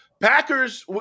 Packers